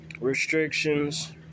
restrictions